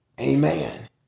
Amen